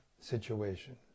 situation